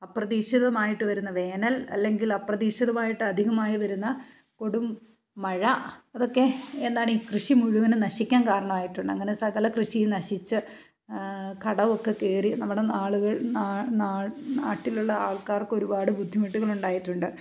അപ്രതീക്ഷിതമായിട്ട് വരുന്ന വേനൽ അല്ലെങ്കിൽ അപ്രതീക്ഷിതമായിട്ട് അധികമായി വരുന്ന കൊടും മഴ അതൊക്കെ എന്താണീ കൃഷി മുഴുവനും നശിക്കാൻ കാരണമായിട്ടുണ്ട് അങ്ങനെ സകല കൃഷിയും നശിച്ച് കടമൊക്കെ കയറി നമ്മുടെ ആളുകൾ നാട്ടിലുള്ള ആൾക്കാർക്കൊരുപാട് ബുദ്ധിമുട്ടുകളുണ്ടായിട്ടുണ്ട്